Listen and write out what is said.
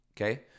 okay